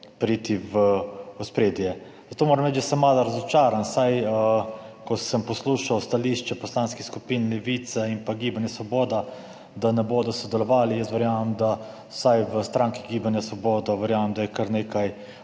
priti v ospredje. Zato moram reči, da sem malo razočaran, ko sem poslušal stališča poslanskih skupin Levica in Gibanja Svoboda, da ne bodo sodelovali. Jaz verjamem, da vsaj za stranko Gibanje Svoboda verjamem, da je kar nekaj